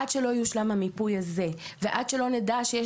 עד שלא יושלם המיפוי הזה ועד שלא נדע שממשלה